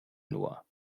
nur